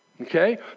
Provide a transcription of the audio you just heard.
Okay